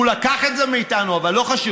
הוא לקח את זה מאיתנו, אבל לא חשוב.